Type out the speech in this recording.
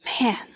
Man